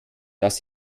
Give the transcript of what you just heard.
dass